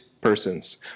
persons